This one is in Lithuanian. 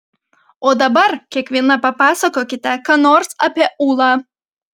o dabar kiekviena papasakokite ką nors apie ūlą